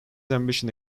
ambition